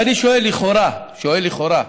ואני שואל, לכאורה, שואל לכאורה,